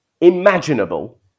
imaginable